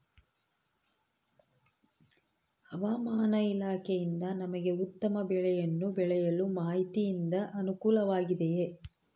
ಹವಮಾನ ಇಲಾಖೆಯಿಂದ ನಮಗೆ ಉತ್ತಮ ಬೆಳೆಯನ್ನು ಬೆಳೆಯಲು ಮಾಹಿತಿಯಿಂದ ಅನುಕೂಲವಾಗಿದೆಯೆ?